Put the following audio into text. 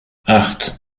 acht